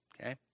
Okay